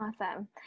Awesome